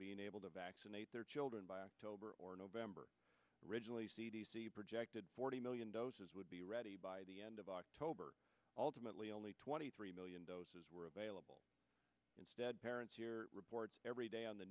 being able to vaccinate their children by october or november originally projected forty million doses would be ready by the end of october ultimately only twenty three million doses were available instead parents hear reports every day on the